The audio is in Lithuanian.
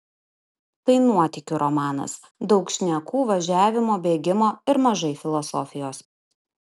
tai nuotykių romanas daug šnekų važiavimo bėgimo ir mažai filosofijos